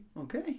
okay